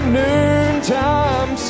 noontime